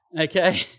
Okay